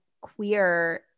queer